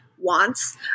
wants